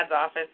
office